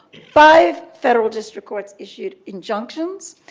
five federal district courts issued injunctions.